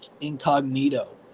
incognito